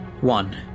One